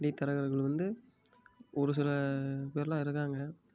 இடைத்தரகர்கள் வந்து ஒரு சில பேர்லாம் இருக்காங்க